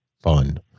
fun